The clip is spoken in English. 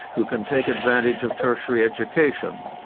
who can take advantage of tertiary education.